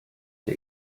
der